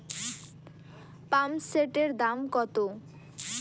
পাম্পসেটের দাম কত?